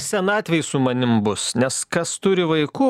senatvėj su manim bus nes kas turi vaikų